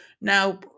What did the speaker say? Now